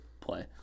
play